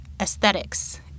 aesthetics